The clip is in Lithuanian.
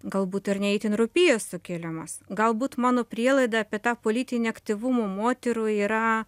galbūt ir ne itin rūpėjo sukėlimas galbūt mano prielaida apie tą politinį aktyvumą moterų yra